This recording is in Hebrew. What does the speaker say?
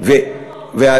מי שרוצה,